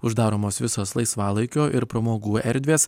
uždaromos visos laisvalaikio ir pramogų erdvės